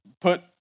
put